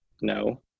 no